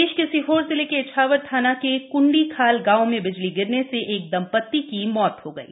प्रदेश के सीहोर जिले के इछावर थाना के क्ंडी खाल गांव में बिजली गिरने से एक दंपति की मौत हो गयी है